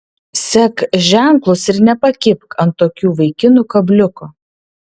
sek ženklus ir nepakibk ant tokių vaikinų kabliuko